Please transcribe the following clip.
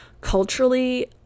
culturally